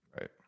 right